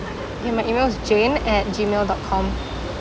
ya my email is jane at gmail dot com